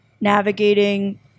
navigating